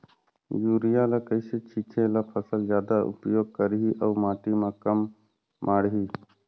Urea ल कइसे छीचे ल फसल जादा उपयोग करही अउ माटी म कम माढ़ही?